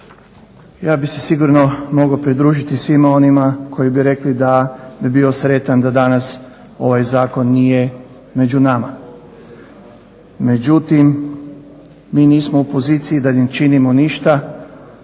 Ja bih se sigurno mogao pridružiti svima onima koji bi rekli da bi bio sretan da danas ovaj zakon nije među nama. Međutim, mi nismo u poziciji da ne činimo ništa,